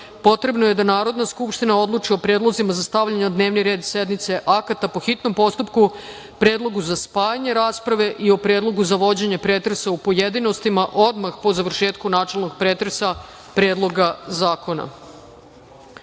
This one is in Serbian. potrebno je da Narodna skupština odluči o predlozima za stavljanje na dnevni red sednice akata po hitnom postupku, predlogu za spajanje rasprave i o predlogu za vođenje pretresa u pojedinostima odmah po završetku načelnog pretresa predloga